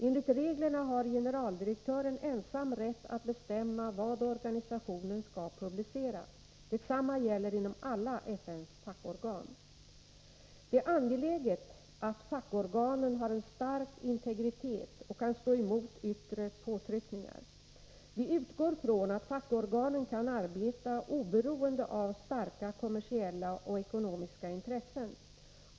Enligt reglerna har generaldirektören ensam rätt att bestämma vad organisationen skall publicera. Detsamma gäller inom alla FN:s fackorgan. Det är angeläget att fackorganen har en stark integritet och kan stå emot yttre påtryckningar. Vi utgår från att fackorganen kan arbeta oberoende av starka kommersiella och ekonomiska intressen.